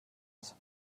ist